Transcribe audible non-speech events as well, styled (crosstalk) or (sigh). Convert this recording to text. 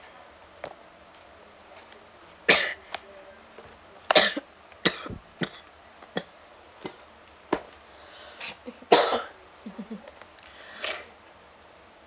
(coughs)